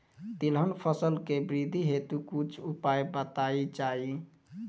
तिलहन फसल के वृद्धी हेतु कुछ उपाय बताई जाई?